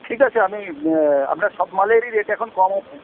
ঠিক আছে আমি আপনার সব মালেরই রেট এখন কম আছে